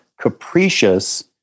capricious